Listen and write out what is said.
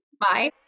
bye